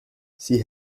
sie